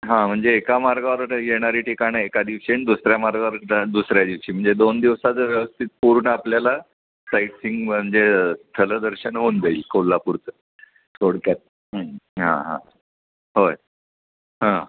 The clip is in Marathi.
हां म्हणजे एका मार्गावरनं येणारी ठिकाणं एका दिवशी आणि दुसऱ्या मार्गावर दुसऱ्या दिवशी म्हणजे दोन दिवसाचं व्यवस्थित पूर्ण आपल्याला साईटसींग म्हणजे स्थलदर्शन होऊन जाईल कोल्हापूरचं थोडक्यात हां हां होय